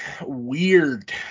weird